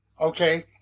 Okay